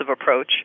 approach